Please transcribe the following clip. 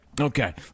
Okay